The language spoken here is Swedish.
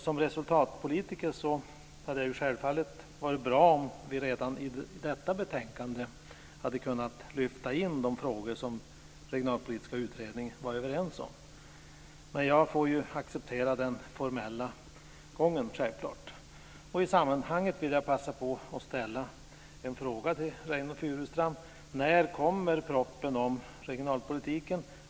Som resultatpolitiker tycker jag självfallet att det hade varit bra om vi redan i detta betänkande hade kunnat lyfta in de frågor som man i den regionalpolitiska utredningen var överens om. Men jag får ju acceptera den formella gången, självklart. I sammanhanget vill jag passa på och ställa en fråga till Reynoldh Furustrand. När kommer propositionen om regionalpolitiken?